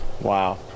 Wow